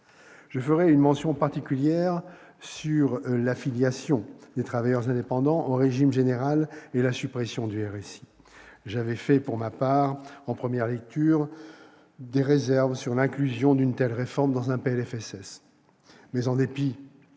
Je ferai une mention particulière sur l'affiliation des travailleurs indépendants au régime général et sur la suppression du RSI. J'avais fait part, en première lecture, de mes réserves sur l'inclusion d'une telle réforme dans un projet de loi